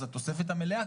התוספת המלאה,